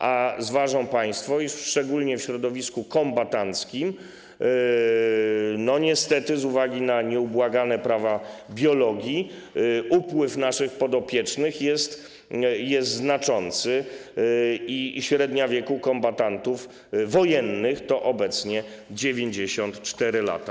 A zważą państwo, iż szczególnie w środowisku kombatanckim niestety z uwagi na nieubłagane prawa biologii odpływ naszych podopiecznych jest znaczący i średnia wieku kombatantów wojennych to obecnie 94 lata.